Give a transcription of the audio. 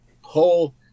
whole